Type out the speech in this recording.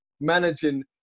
managing